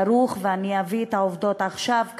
ואני אביא את העובדות עכשיו,